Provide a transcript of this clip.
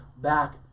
back